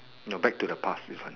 no back to the past this one